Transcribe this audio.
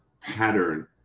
pattern